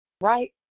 Right